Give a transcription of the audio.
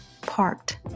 parked